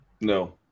No